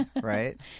right